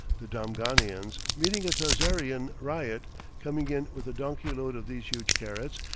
the damghanians, meeting a tazarian ryot coming in with a donkey-load of these huge carrots,